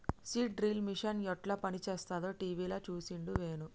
seed drill machine యెట్ల పనిచేస్తదో టీవీల చూసిండు వేణు